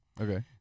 Okay